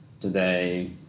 today